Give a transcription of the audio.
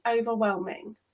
overwhelming